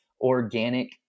organic